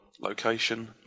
Location